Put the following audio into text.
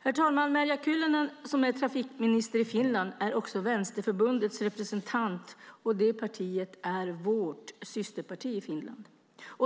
Herr talman! Merja Kyllönen, som är trafikminister i Finland, är också Vänsterförbundets representant, och det partiet är vårt systerparti i Finland.